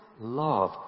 love